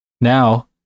Now